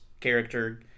character